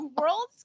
worlds